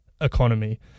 economy